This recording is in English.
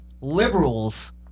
liberals